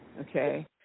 Okay